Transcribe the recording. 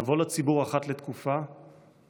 נבוא לציבור אחת לתקופה ונבקש,